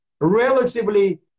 relatively